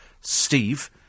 Steve